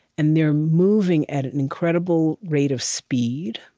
and they're moving at an incredible rate of speed.